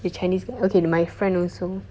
the chinese okay my friend also